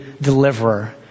deliverer